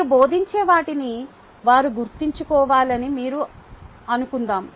మీరు బోధించే వాటిని వారు గుర్తుంచుకోవాలని మీరు అనుకుందాం